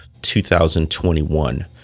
2021